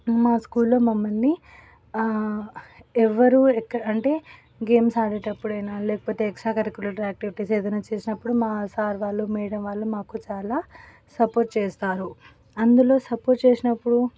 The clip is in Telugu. మా స్కూల్లో మమ్మల్ని ఎవరూ ఎక్కడ అంటే గేమ్స్ ఆడేటప్పుడు అయినా లేకపోతే ఎక్సట్రా కరీకులర్ ఆక్టివిటీస్ ఏదైనా చేసినప్పుడు మా సార్ వాళ్ళు మేడం వాళ్ళు మాకు చాలా సపోర్ట్ చేస్తారు అందులో సపోర్ట్ చేసినప్పుడు